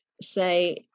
say